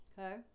okay